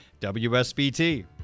WSBT